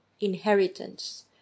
inheritance